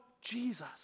Jesus